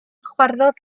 chwarddodd